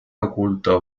oculto